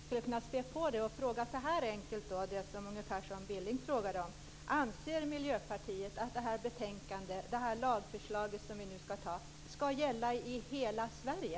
Fru talman! Jag skulle kunna spä på Knut Billings fråga till Helena Hillar Rosenqvist och fråga så här enkelt: Anser Miljöpartiet att det lagförslag som vi nu skall fatta beslut om skall gälla i hela Sverige?